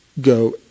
go